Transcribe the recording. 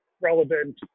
relevant